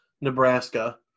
Nebraska